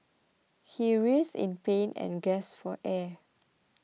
he writhed in pain and gasped for air